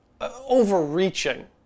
overreaching